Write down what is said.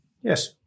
Yes